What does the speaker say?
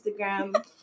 instagram